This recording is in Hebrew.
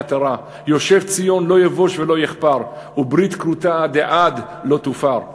עטרה / יושב ציון לא יבוש ולא יחפר / וברית כרותה עדי עד לא תופר //